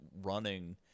running